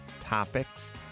topics